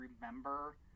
remember